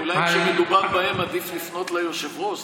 אולי כשמדובר בהם עדיף לפנות ליושב-ראש.